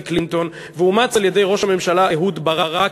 קלינטון ואומץ על-ידי ראש הממשלה אהוד ברק,